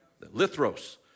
lithros